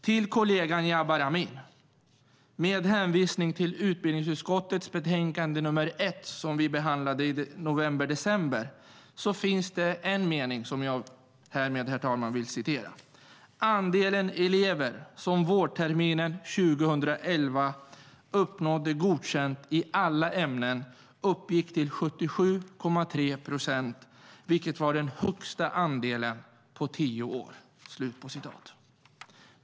Till kollegan Jabar Amin vill jag citera en mening ur utbildningsutskottets betänkande nr 1, som vi behandlade i november-december: "Andelen elever som vårterminen 2011 uppnådde målen och fått minst betyget Godkänt i alla ämnen uppgick till 77,3 procent, vilket var den högsta andelen på tio år."